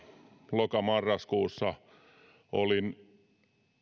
loka marraskuussa kaksituhattaviisitoista olin